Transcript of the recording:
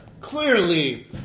clearly